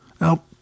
Now